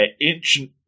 ancient